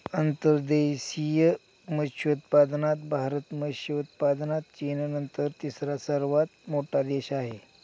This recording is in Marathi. अंतर्देशीय मत्स्योत्पादनात भारत मत्स्य उत्पादनात चीननंतर तिसरा सर्वात मोठा देश आहे